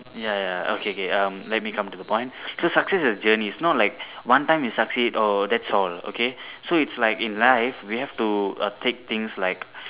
ya ya okay K um let me come to the point so success is a journey its not like one time you succeed oh thats all okay so its like in life we have to err take things like